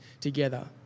together